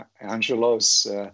Angelos